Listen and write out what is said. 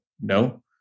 No